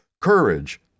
Courage